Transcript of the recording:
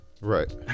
Right